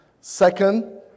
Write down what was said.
second